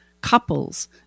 couples